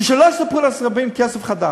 ושלא יספרו לנו שבאים עם כסף חדש.